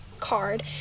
card